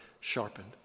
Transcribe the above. sharpened